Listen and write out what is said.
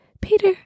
Peter